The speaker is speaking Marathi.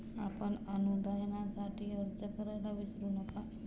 आपण अनुदानासाठी अर्ज करायला विसरू नका